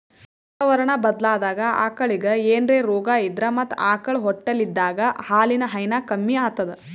ವಾತಾವರಣಾ ಬದ್ಲಾದಾಗ್ ಆಕಳಿಗ್ ಏನ್ರೆ ರೋಗಾ ಇದ್ರ ಮತ್ತ್ ಆಕಳ್ ಹೊಟ್ಟಲಿದ್ದಾಗ ಹಾಲಿನ್ ಹೈನಾ ಕಮ್ಮಿ ಆತದ್